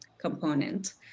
component